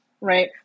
right